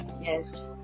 yes